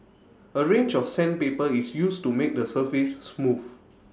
A range of sandpaper is used to make the surface smooth